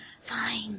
Fine